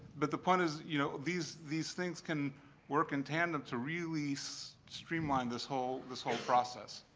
but the point is, you know, these these things can work in tandem to really so streamline this whole this whole process.